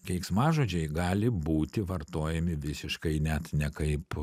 keiksmažodžiai gali būti vartojami visiškai net ne kaip